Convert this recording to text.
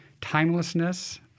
timelessness